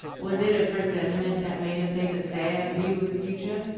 was it a presentiment that made her take a sad view of the future?